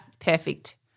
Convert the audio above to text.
perfect